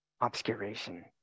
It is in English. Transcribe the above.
obscuration